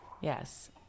Yes